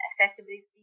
accessibility